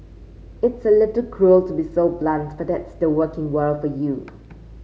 it's a little cruel to be so blunt but that's the working world for you